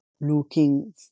looking